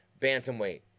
bantamweight